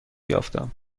یافتم